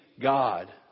God